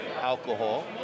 alcohol